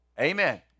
Amen